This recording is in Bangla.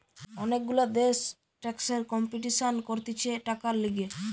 অনেক গুলা দেশ ট্যাক্সের কম্পিটিশান করতিছে টাকার লিগে